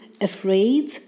afraid